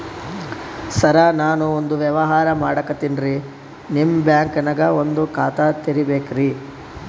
ಸರ ನಾನು ಒಂದು ವ್ಯವಹಾರ ಮಾಡಕತಿನ್ರಿ, ನಿಮ್ ಬ್ಯಾಂಕನಗ ಒಂದು ಖಾತ ತೆರಿಬೇಕ್ರಿ?